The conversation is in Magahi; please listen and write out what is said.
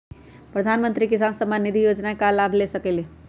प्रधानमंत्री किसान समान निधि योजना का लाभ कैसे ले?